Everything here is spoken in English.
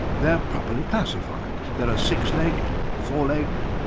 they're properly classified there are six-legged, four-legged,